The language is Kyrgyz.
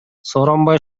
сооронбай